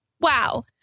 Wow